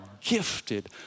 gifted